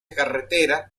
carretera